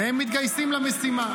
והם מתגייסים למשימה.